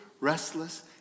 restless